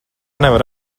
nevar